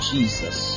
Jesus